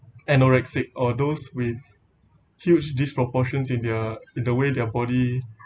anorexic or those with huge disproportions in their in the way their body